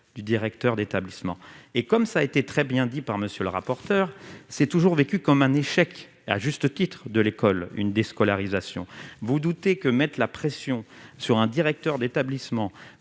du directeur d'établissement et comme ça a été très bien dit par monsieur le rapporteur, c'est toujours vécu comme un échec, à juste titre de l'école une déscolarisation vous doutez que mettent la pression sur un directeur d'établissement